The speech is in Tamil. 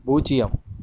பூஜ்ஜியம்